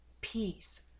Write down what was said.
peace